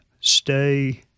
stay